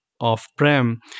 off-prem